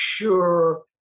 sure